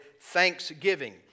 Thanksgiving